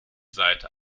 seite